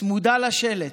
צמודה לשלט,